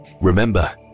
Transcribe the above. Remember